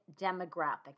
demographic